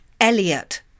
Elliot